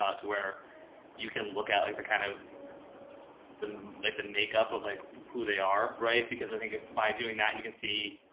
ah to where you can look at like the kind of the, like the makeup of like who they are. right. because i think ah by doing that, you can see.